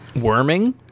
Worming